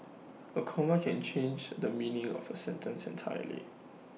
A comma can change the meaning of A sentence entirely